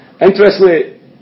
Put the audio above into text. interestingly